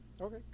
Okay